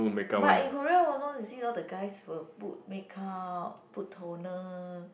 but in Korea will not to see out the guys will put makeup put toner